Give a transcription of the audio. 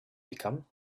become